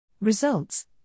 Results